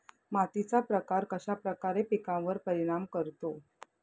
मातीचा प्रकार कश्याप्रकारे पिकांवर परिणाम करतो?